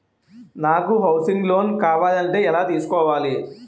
నాకు housing loan కావాలంటే ఎలా తీసుకోవాలి?